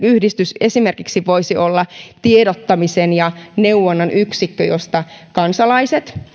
yhdistys esimerkiksi voisi olla tiedottamisen ja neuvonnan yksikkö josta kansalaiset